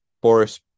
Boris